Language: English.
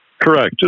Correct